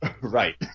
Right